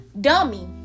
Dummy